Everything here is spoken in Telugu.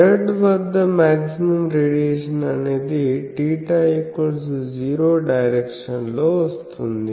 z వద్ద మాక్సిమం రేడియేషన్ అనేది θ0 డైరెక్షన్ లో వస్తుంది